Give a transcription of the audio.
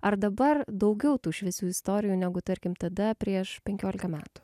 ar dabar daugiau tų šviesių istorijų negu tarkim tada prieš penkiolika metų